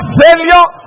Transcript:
failure